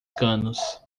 canos